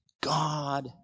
God